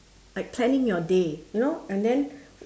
like planning your day you know and then